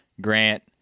Grant